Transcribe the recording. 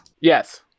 Yes